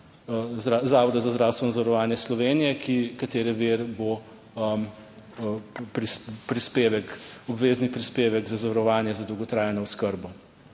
Zavoda za zdravstveno zavarovanje Slovenije, katere vir bo prispevek, obvezni prispevek za zavarovanje za dolgotrajno oskrbo.